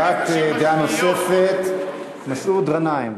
הבעת דעה נוספת, מסעוד גנאים.